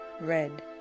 red